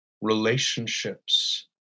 relationships